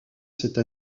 cette